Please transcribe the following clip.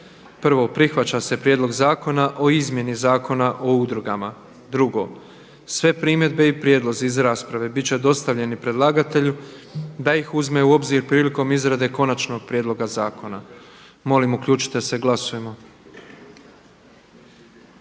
o izvlaštenju i određivanju naknade. 2. Sve primjedbe i prijedlozi iz rasprave biti će dostavljeni predlagatelju da ih uzme u obzir prilikom izrade konačnog prijedloga zakona.“. Molim uključite se, glasujmo.